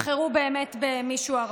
לבחירת שופטים יבחרו באמת במישהו ערבי.